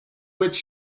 which